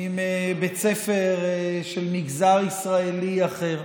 עם בית ספר של מגזר ישראלי אחר.